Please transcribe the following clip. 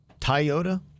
Toyota